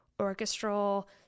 orchestral